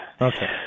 Okay